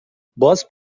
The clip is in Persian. باز